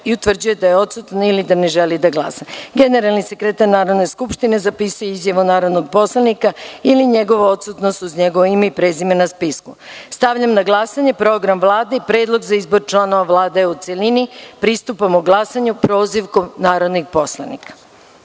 utvrđuje da je odsutan ili da ne želi da glasa,- generalni sekretar Narodne skupštine zapisuje izjavu narodnog poslanika ili njegovu odsutnost uz njegovo ime i prezimena na spisku. Stavljam na glasanje Program Vlade i Predlog za izbor članova Vlade u celini. Pristupamo glasanju prozivkom narodnih poslanika. Molim